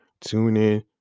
TuneIn